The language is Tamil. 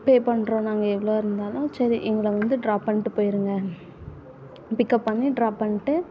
பேப் பண்ணுறோம் நாங்கள் எவ்வளோ இருந்தாலும் சரி எங்களை வந்து ட்ராப் பண்ணிட்டு போயிடுங்க பிக்கப் பண்ணி ட்ராப் பண்ணிட்டு